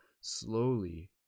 slowly